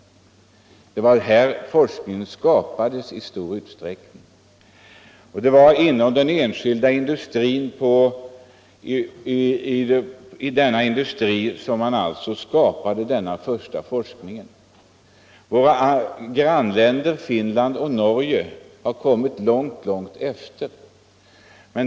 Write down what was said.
Det var i stor utsträckning här som forskningen skapades. Det var i den enskilda industrin som detta skedde. Våra grannländer Finland och Norge har kommit långt efter.